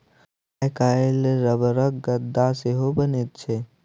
आइ काल्हि रबरक गद्दा सेहो बनैत छै